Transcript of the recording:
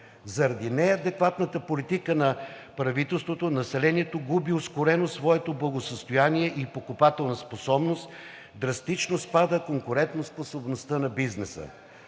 Заради неадекватната политика на правителството населението губи ускорено своето благосъстояние и покупателна способност, драстично спада и конкурентоспособността на бизнеса.